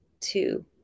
two